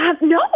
no